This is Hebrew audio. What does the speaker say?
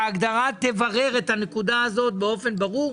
שתברר את הנקודה הזו באופן ברור.